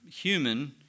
human